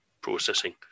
processing